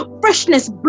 freshness